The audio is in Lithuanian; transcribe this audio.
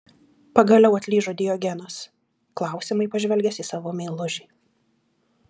pagaliau atlyžo diogenas klausiamai pažvelgęs į savo meilužį